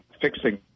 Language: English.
fixing